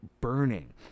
burning